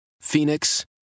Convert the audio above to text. Phoenix